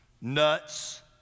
Nuts